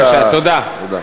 תודה.